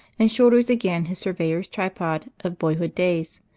and shoulders again his surveyor's tripod of boyhood days,